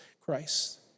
Christ